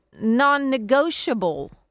non-negotiable